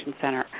center